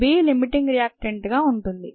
B limiting రియాక్టెంట్గా ఉంటుంది